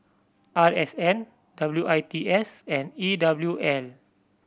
R S N W I T S and E W L